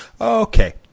Okay